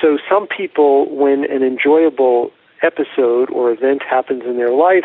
so some people when an enjoyable episode or event happens in their life